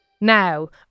Now